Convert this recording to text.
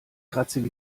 kratzige